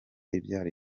ibyara